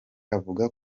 avuga